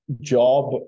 job